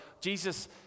Jesus